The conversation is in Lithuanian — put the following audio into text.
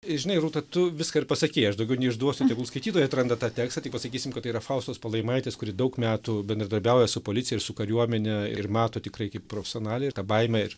žinai rūta tu viską ir pasakei aš daugiau neišduosiu tegul skaitytojai atranda tą tekstą tik pasakysim kad tai yra faustos palaimaitės kuri daug metų bendradarbiauja su policija ir su kariuomene ir mato tikrai kaip profesionalė ir tą baimę ir